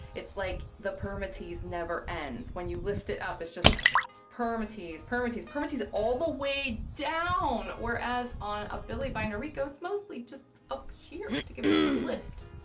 it's like the permatease never ends. when you lift it up, it's just permatease, permatease, permatease all the way down, whereas on a billie by noriko, it's mostly just up here to give it some lift.